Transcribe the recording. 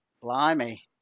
Blimey